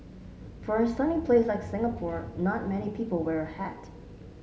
for a sunny place like Singapore not many people wear a hat